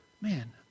man